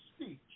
speech